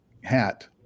hat